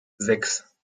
sechs